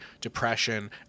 depression